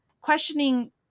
questioning